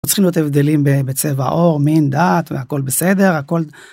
אנחנו צריכים לראות הבדלים בצבע העור, מין, דת והכל בסדר הכל...